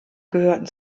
gehörten